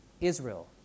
Israel